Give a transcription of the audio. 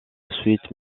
suite